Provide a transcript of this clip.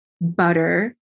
butter